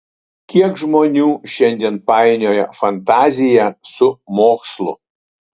kiek žmonių šiandien painioja fantaziją su mokslu